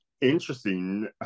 interesting